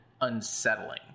unsettling